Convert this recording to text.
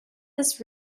this